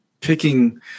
picking